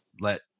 let